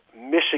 Michigan